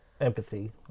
empathy